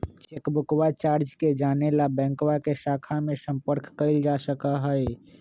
चेकबुकवा चार्ज के जाने ला बैंकवा के शाखा में संपर्क कइल जा सका हई